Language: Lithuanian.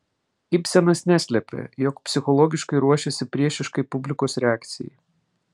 ibsenas neslepia jog psichologiškai ruošėsi priešiškai publikos reakcijai